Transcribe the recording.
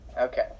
Okay